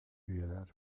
üyeler